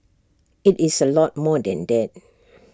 IT is A lot more than that